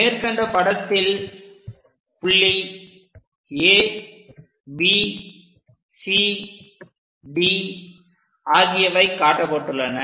மேற்கண்ட படத்தில் புள்ளி ABCD ஆகியவை காட்டப்பட்டுள்ளன